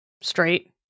straight